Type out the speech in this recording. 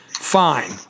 Fine